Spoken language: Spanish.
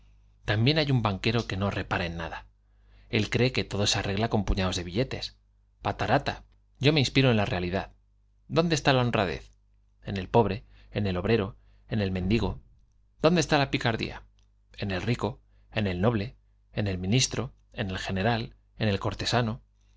bién hay un banquero que no repara en nada él cree que todo searregla con puñados de billetes patarata yo me inspiro en la realidad dónde está la honradez l en el pobre en el obrero en el mendigo dónde minis está la picardía en el rico en el noble en el el general en el cortesano